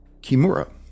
Kimura